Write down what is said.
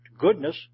Goodness